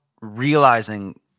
realizing